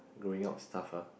growing up stuff ah